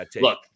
look